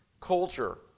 culture